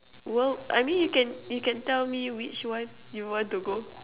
well I mean you can you can tell me which one you want to go